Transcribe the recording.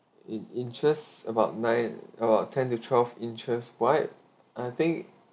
in inches about nine or ten to twelve inches wide I think